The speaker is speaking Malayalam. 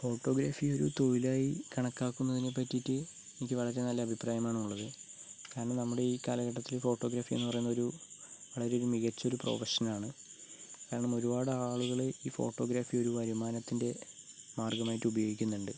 ഫോട്ടോഗ്രാഫി ഒരു തൊഴിലായി കണക്കാക്കുന്നതിനെ പറ്റിയിട്ട് എനിക്ക് വളരെ നല്ല അഭിപ്രായമാണുള്ളത് കാരണം നമ്മുടെ ഈ കാലഘട്ടത്തില് ഫോട്ടോഗ്രാഫി എന്നു പറയുന്ന ഒരു വളരെ മികച്ചൊരു പ്രൊഫഷനാണ് കാരണം ഒരുപാട് ആളുകൾ ഈ ഫോട്ടോഗ്രാഫി ഒരു വരുമാനത്തിന്റെ മാര്ഗ്ഗമായിട്ട് ഉപയോഗിക്കുന്നുണ്ട്